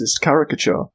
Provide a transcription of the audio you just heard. caricature